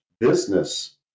business